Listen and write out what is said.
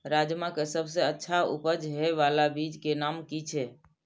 राजमा के सबसे अच्छा उपज हे वाला बीज के नाम की छे?